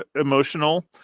emotional